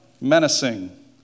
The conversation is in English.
menacing